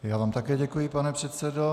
Já vám také děkuji, pane předsedo.